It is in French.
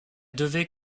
devait